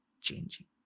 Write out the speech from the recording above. changing